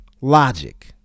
Logic